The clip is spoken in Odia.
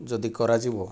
ଯଦି କରାଯିବ